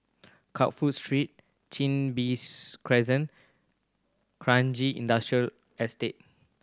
Crawford Street Chin Bees Crescent Kranji Industrial Estate